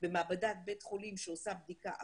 במעבדת בית חולים שעושה בדיקה אחרת,